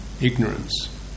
ignorance